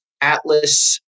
atlas